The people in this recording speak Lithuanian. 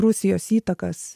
rusijos įtakas